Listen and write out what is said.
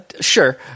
sure